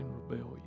rebellion